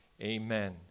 amen